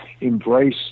embrace